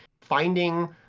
finding